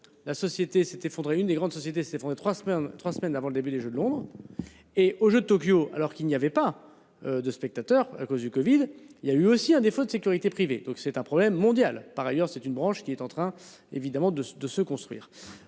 La société s'est effondré. Une des grandes sociétés s'effondre, trois semaines, trois semaines avant le début des Jeux de Londres et aux Jeux de Tokyo alors qu'il n'y avait pas. De spectateurs à cause du Covid. Il y a eu aussi un défaut de sécurité privée, donc c'est un problème mondial. Par ailleurs, c'est une branche qui est en train évidemment de de se construire.